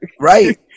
Right